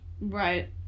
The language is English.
Right